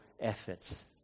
efforts